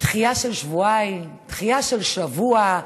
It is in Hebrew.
דחייה של שבועיים, דחייה של שבוע,